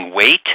weight